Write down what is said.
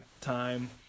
time